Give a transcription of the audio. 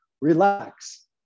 relax